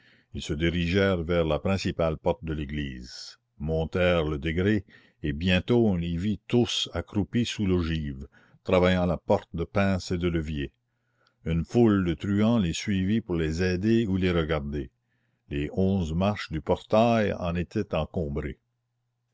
ils se dirigèrent vers la principale porte de l'église montèrent le degré et bientôt on les vit tous accroupis sous l'ogive travaillant la porte de pinces et de leviers une foule de truands les suivit pour les aider ou les regarder les onze marches du portail en étaient encombrées